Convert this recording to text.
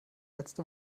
letzte